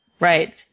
Right